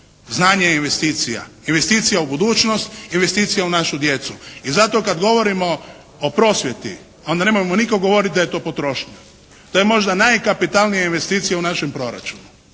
Znanje je investicija. Investicija u budućnost, investicija u našu djecu. I zato kada govorimo o prosvjeti, onda nemojmo nitko govoriti da je to potrošnja. To je možda najkapitalnija investicija u našem proračunu.